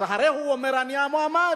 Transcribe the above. אז אחרי שהוא אומר: אני המועמד,